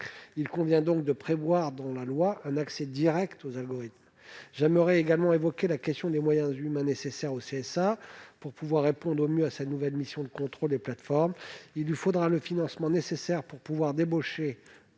Il convient donc de prévoir dans la loi un accès direct aux algorithmes. J'aimerais également évoquer la question des moyens humains dont le CSA a besoin pour accomplir au mieux sa nouvelle mission de contrôle des plateformes. Il lui faudra le financement nécessaire afin de débaucher,